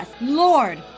Lord